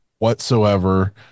whatsoever